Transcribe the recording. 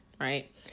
right